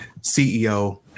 CEO